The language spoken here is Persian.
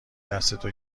دستتو